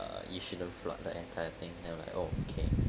err you shouldn't flood the entire thing then I'm like oh okay